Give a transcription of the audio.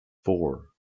four